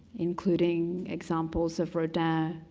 including examples of roder,